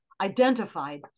identified